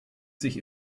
sich